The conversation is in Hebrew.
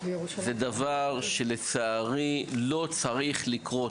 זה דבר שלצערי הוא ישנו והוא לא צריך לקרות.